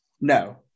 No